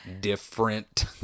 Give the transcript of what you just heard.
different